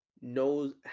knows